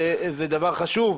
זה דבר חשוב,